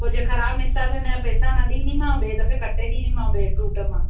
पोइ जे ख़राब निकिता त हिनजा पैसा न ॾींदीमांव ॿिएं दफ़े कटे ॾींदीमांव ॿिएं फ्रूट मां